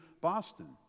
Boston